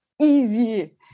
easy